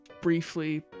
briefly